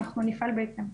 אנחנו נפעל בהתאם.